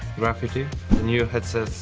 graphics, the new headset,